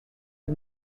the